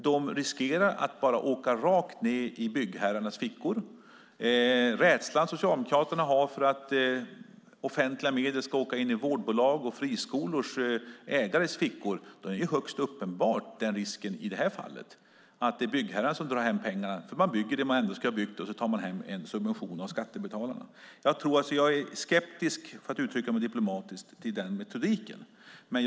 De riskerar att bara åka rakt ned i byggherrarnas fickor. Socialdemokraterna har en rädsla för att offentliga medel ska åka in i vårdbolags och friskolors ägares fickor. Risken är högst uppenbar i det här fallet att det är byggherrarna som drar hem pengarna, för man bygger det som man ändå skulle ha byggt och tar sedan hem en subvention av skattebetalarna. Jag är skeptisk, för att uttrycka mig diplomatiskt, till den metoden.